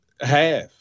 half